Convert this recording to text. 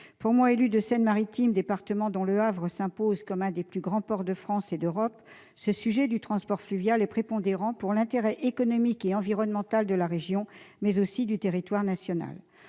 Pour moi, élue de Seine-Maritime, département où Le Havre s'impose comme l'un des plus grands ports de France et d'Europe, ce sujet est prépondérant sur le plan de l'intérêt économique et environnemental de la région et du territoire national.